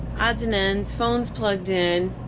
odds and ends, phone's plugged in,